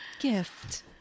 gift